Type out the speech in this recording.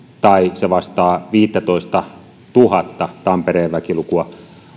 ja se vastaa viittätoistatuhatta tampereen väkilukua